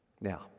Now